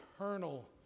eternal